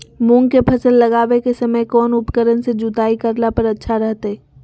मूंग के फसल लगावे के समय कौन उपकरण से जुताई करला पर अच्छा रहतय?